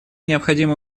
необходимо